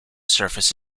surface